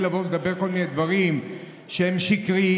לבוא ולומר כל מיני דברים שהם שקריים,